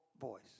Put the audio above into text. voice